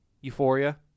Euphoria